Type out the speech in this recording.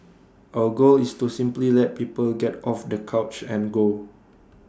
our goal is to simply let people get off the couch and go